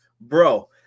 Bro